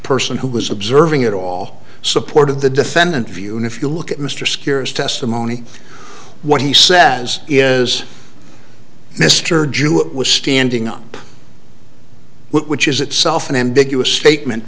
person who was observing it all support of the defendant view and if you look at mr secures testimony what he says is mr jewett was standing up which is itself an ambiguous statement